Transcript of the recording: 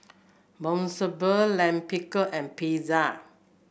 Monsunabe Lime Pickle and Pizza